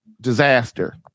disaster